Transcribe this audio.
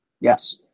Yes